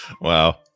Wow